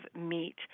meat